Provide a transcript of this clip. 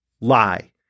Lie